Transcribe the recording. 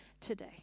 today